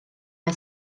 mae